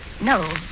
No